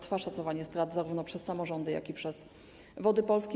Trwa szacowanie strat zarówno przez samorządy, jak i przez Wody Polskie.